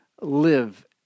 live